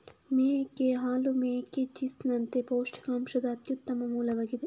ಮೇಕೆ ಹಾಲು ಮೇಕೆ ಚೀಸ್ ನಂತೆ ಪೌಷ್ಟಿಕಾಂಶದ ಅತ್ಯುತ್ತಮ ಮೂಲವಾಗಿದೆ